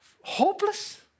Hopeless